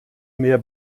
mehr